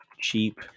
cheap